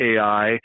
AI